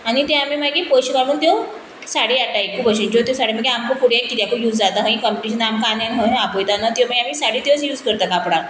आनी तें आमी मागीर पयशे काडून त्यो साडी हाडटा एकू भशेन त्यो त्यो साडी मागीर आमकां फुडें किद्याकूय यूज जाता खंयी कंपिटीशना आमकां आनी खंय खंय आपयता त्यो मागीर आमी साडी त्योच यूज करता कापडां